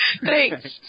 Thanks